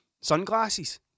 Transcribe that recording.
sunglasses